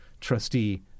trustee